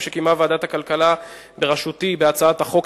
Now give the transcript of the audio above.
שקיימה ועדת הכלכלה בראשותי בהצעת החוק,